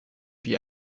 wie